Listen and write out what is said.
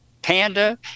Panda